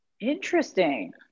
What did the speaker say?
Interesting